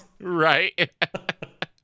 Right